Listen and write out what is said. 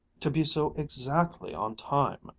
to be so exactly on time!